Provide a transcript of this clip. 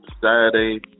Saturday